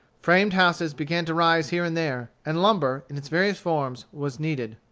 framed houses began to rise here and there, and lumber, in its various forms, was needed.